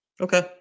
Okay